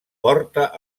porta